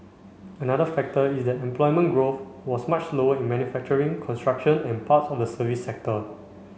another factor is that employment growth was much slower in manufacturing construction and parts of the services sector